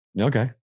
Okay